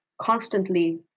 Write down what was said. constantly